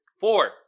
Four